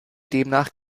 demnach